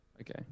Okay